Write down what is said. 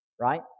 right